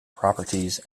properties